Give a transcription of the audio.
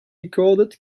recorded